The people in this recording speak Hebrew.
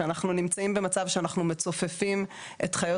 אנחנו נמצאים במצב שאנחנו מצופפים את חיות